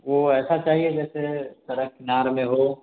वो ऐसा चाहिए जैसे सड़क किनारे में हो